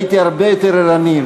הייתי הרבה יותר ערני.